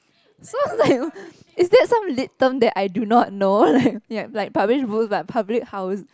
so like is there some relate term that I do not know like ya like publish boost like publish house